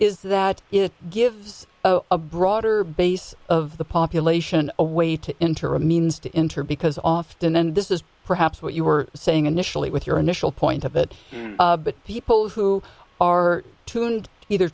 is that it gives a broader base of the population a way to enter a means to intervene because often then this is perhaps what you were saying initially with your initial point of it but people who are tuned either